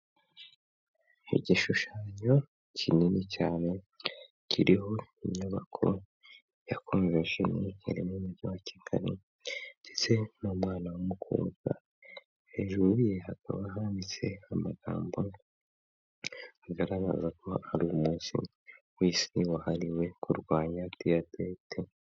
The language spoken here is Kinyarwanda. Igishushanyo kinini cyane kiriho inyubako ya Convetion iri n'umujyi wa Kigali ndetse n'umwana w'umukobwa, hejuru ye hakaba handitse amagambo agaragaza ko ari umunsi w'Isi wahariwe kurwanya Diyabete.